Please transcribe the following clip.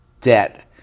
debt